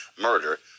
murder